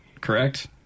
correct